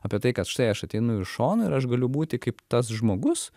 apie tai kad štai aš ateinu iš šono ir aš galiu būti kaip tas žmogus